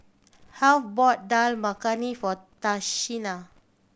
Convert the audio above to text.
Heath bought Dal Makhani for Tashina